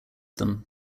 them